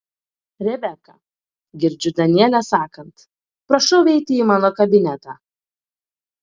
rebeka girdžiu danielę sakant prašau eiti į mano kabinetą